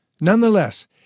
Nonetheless